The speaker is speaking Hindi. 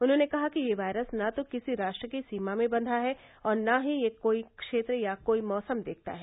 उन्होंने कहा कि यह वायरस न तो किसी राष्ट्र की सीमा में बंधा है और न ही यह कोई क्षेत्र या कोई मौसम देखता है